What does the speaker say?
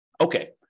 Okay